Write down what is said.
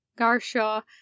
Garshaw